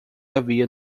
havia